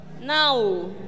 now